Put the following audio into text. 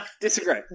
disagree